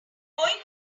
going